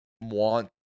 want